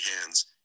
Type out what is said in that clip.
hands